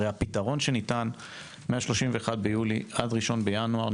הרי הפתרון שניתן מה-31 ביולי עד 1 בינואר,